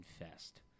Infest